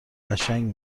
قشنگ